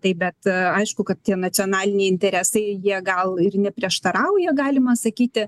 tai bet aišku kad tie nacionaliniai interesai jie gal ir neprieštarauja galima sakyti